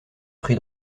prix